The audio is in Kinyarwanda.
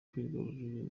kwigarurira